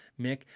mick